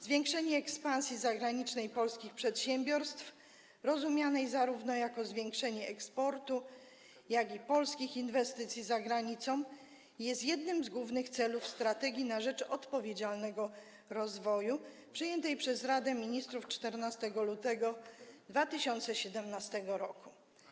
Zwiększenie ekspansji zagranicznej polskich przedsiębiorstw, rozumianej zarówno jako zwiększenie eksportu, jak i polskich inwestycji za granicą, jest jednym z głównym celów „Strategii na rzecz odpowiedzialnego rozwoju” przyjętej przez Radę Ministrów 14 lutego 2017 r.